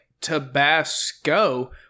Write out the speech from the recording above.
Tabasco